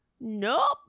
Nope